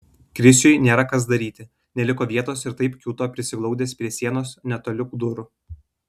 krisiui nėra kas daryti neliko vietos ir taip kiūto prisiglaudęs prie sienos netoli durų